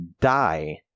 die